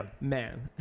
man